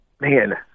man